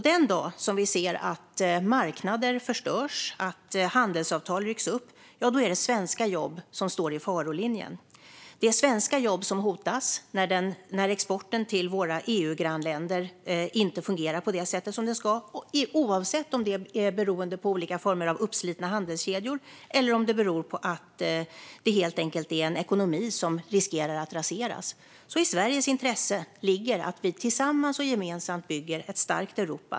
Den dag som vi ser att marknader förstörs, att handelsavtal rycks upp, är det svenska jobb som står i farolinjen. Det är svenska jobb som hotas när exporten till våra EU-grannländer inte fungerar på det sätt som den ska, oavsett om det beror på olika former av uppslitna handelskedjor eller på en ekonomi som riskerar att raseras. I Sveriges intresse ligger att vi tillsammans och gemensamt bygger ett starkt Europa.